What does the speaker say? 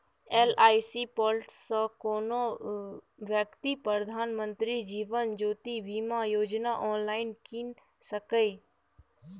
LIC portal सँ कोनो बेकती प्रधानमंत्री जीबन ज्योती बीमा योजना आँनलाइन कीन सकैए